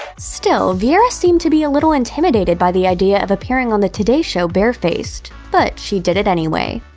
still, vieira seemed to be a little intimidated by the idea of appearing on the today show bare-faced. but she did it anyway.